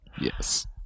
Yes